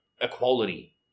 equality